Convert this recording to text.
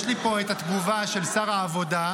יש לי פה את התגובה של שר העבודה.